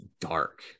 dark